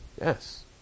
Yes